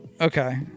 Okay